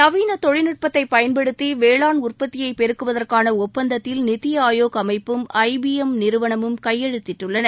நவீன தொழில்நுட்பத்தை பயன்படுத்தி வேளாண் உற்பத்தியை பெருக்குவதற்கான ஒப்பந்தத்தில் நித்தி ஆயோக் அமைப்பும் ஐ பி எம் நிறுவனமும் கையெழுத்திட்டுள்ளன